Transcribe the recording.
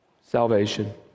salvation